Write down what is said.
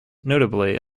notably